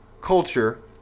culture